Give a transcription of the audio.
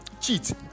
cheat